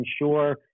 ensure